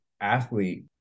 athlete